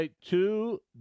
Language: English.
two